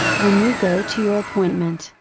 when you go to your appointment,